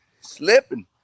slipping